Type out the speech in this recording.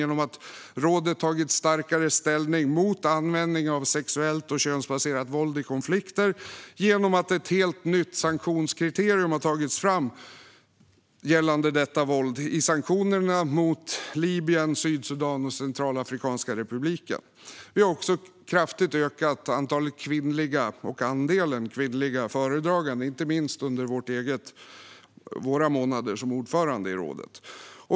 Rådet har tagit starkare ställning mot användningen av sexuellt och könsbaserat våld i konflikter, och ett helt nytt sanktionskriterium har tagits fram gällande detta våld i sanktionerna mot Libyen, Sydsudan och Centralafrikanska republiken. Vi har också kraftigt ökat antalet och andelen kvinnliga föredragande, inte minst under våra månader som ordförande i rådet.